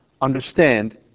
understand